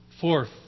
Fourth